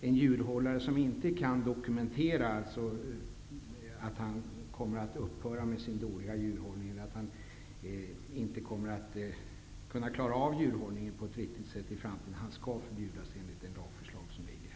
En djurhållare som inte kan dokumentera att han kommer att upphöra med sin dåliga djurhållning, och inte kan visa att han på ett riktigt sätt kan klara av djurhållning i framtiden, skall förbjudas att hålla djur enligt det lagförslag som ligger.